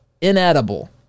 inedible